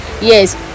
yes